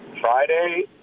Friday